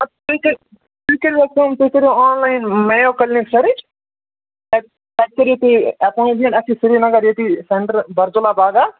اَد تُہۍ تُہۍ کٔرِو حظ کٲم تُہۍ کٔرِو آن لایِن مییو کِلنِک سٔرٕچ تَتۍ تَتہِ کٔرِو تُہۍ اٮ۪پایِنٛٹمٮ۪نٛٹ اَسہِ چھُ سرینگر ییٚتی سٮ۪نٛٹَر بَرزُلَہ باغات